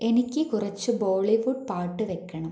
എനിക്ക് കുറച്ച് ബോളിവുഡ് പാട്ട് വയ്ക്കണം